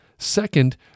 Second